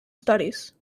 studies